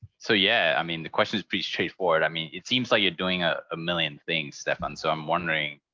so yeah, i mean, the question is pretty straight forward. i mean, it seems like you're doing a ah million things, stefan, so i'm wondering,